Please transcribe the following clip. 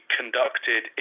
conducted